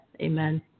Amen